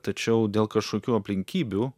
tačiau dėl kažkokių aplinkybių